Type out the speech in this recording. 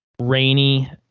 rainy